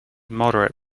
moderate